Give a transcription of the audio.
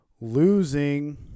losing